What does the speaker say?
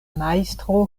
majstro